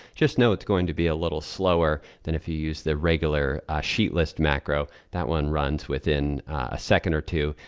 just know it's going to be a little slower than if you use the regular sheet list macro. that one runs within a second or two.